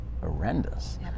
horrendous